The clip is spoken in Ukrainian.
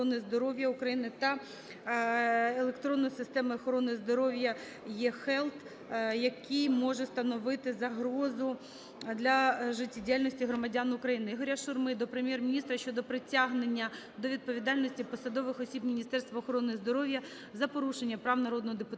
охорони здоров`я України та електронної системи охорони здоров'я "eHealth", який може становити загрозу для життєдіяльності громадян України. Ігоря Шурми до Прем'єр-міністра щодо притягнення до відповідальності посадових осіб Міністерства охорони здоров`я за порушення прав народного депутата